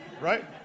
right